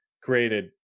created